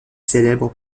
célèbre